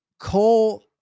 Cole